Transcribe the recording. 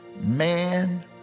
man